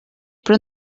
però